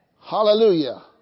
Hallelujah